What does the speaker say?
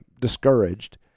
discouraged